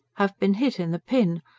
have been hit in the pin.